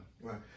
Right